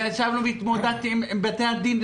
התמודדתי עם בתי הדין,